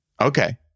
Okay